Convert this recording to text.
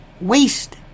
waste